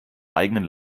eigenen